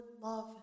love